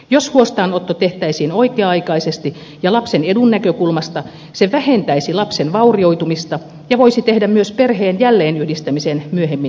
jos huostaanotto tehtäisiin oikea aikaisesti ja lapsen edun näkökulmasta se vähentäisi lapsen vaurioitumista ja voisi tehdä myös perheen jälleenyhdistämisen myöhemmin mahdolliseksi